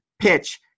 PITCH